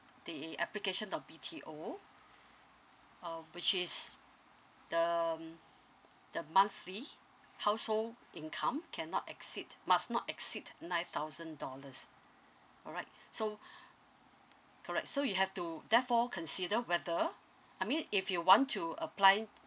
the application of B_T_O uh which is the m~ the monthly household income cannot exceed must not exceed nine thousand dollars all right so correct so you have to therefore consider whether I mean if you want to apply